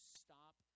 stop